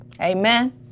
Amen